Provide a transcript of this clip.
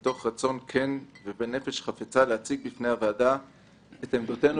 מתוך רצון כן ונפש חפצה להציג בפני הוועדה את עמדתנו